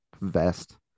vest